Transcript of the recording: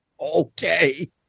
okay